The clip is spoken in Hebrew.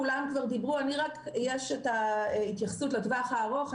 כולם כבר דיברו, רק יש את ההתייחסות לטווח הארוך.